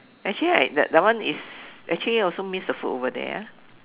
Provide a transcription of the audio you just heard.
actually right that that one is actually also miss the food over there ah